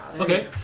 Okay